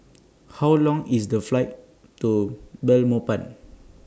How Long IS The Flight to Belmopan